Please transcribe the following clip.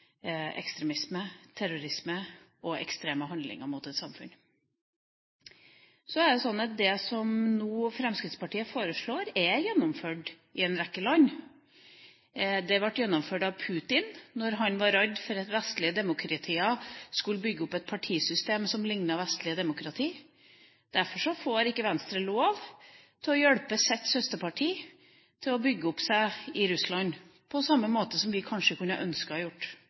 ekstremisme, terrorisme og ekstreme handlinger mot et samfunn på. Det som Fremskrittspartiet nå foreslår, er gjennomført i en rekke land. Det ble gjennomført av Putin da han var redd for at vestlige demokratier skulle bygge opp et partisystem som lignet vestlig demokrati. Derfor får ikke Venstre lov til å hjelpe sitt søsterparti til å bygge seg opp i Russland, slik vi kanskje kunne ønske å